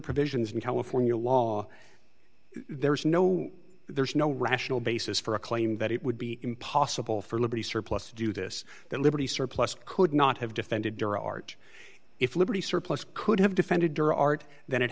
provisions in california law there's no there's no rational basis for a claim that it would be impossible for liberty surplus to do this that liberty surplus could not have defended your art if liberty surplus could have defended your art then it